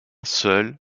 seule